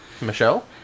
Michelle